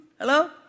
Hello